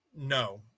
no